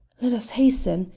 let us hasten,